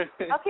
Okay